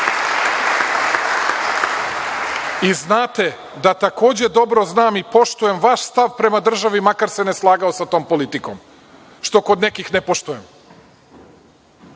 i znate da takođe dobro znam i poštujem vaš stav prema državi, makar se ne slagao sa tom politikom, što kod nekih ne poštujem. Zato